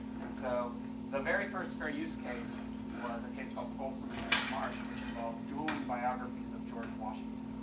and so the very first fair use case was a case called folsom against marsh which involved dueling biographies of george washington.